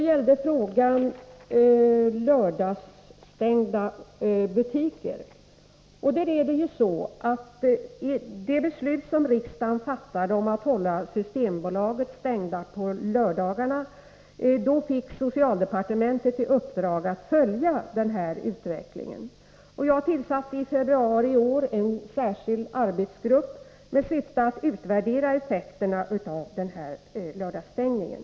När riksdagen fattade beslut om att hålla systembolagen stängda på lördagarna, fick socialdepartementet i uppdrag att följa utvecklingen. Jag tillsatte i februari i år en särskild arbetsgrupp med syfte att utvärdera effekterna av lördagsstängningen.